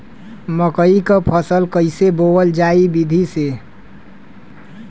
मकई क फसल कईसे बोवल जाई विधि से?